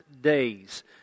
Days